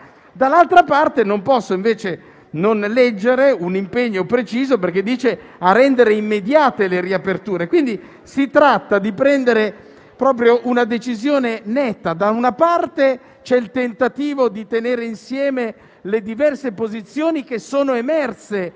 Dall'altra parte, invece, non posso non leggere un impegno preciso, perché dice «a rendere immediate le riaperture»: quindi si tratta di prendere una decisione netta. C'è il tentativo di tenere insieme le diverse posizioni che sono emerse